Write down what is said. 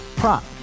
prop